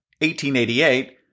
1888